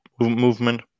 movement